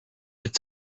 its